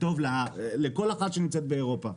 זה טוב לכל אחת שנמצאת באירופה.